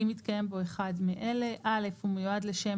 אם מתקיים בו אחד מאלה: (א)הוא מיועד לשם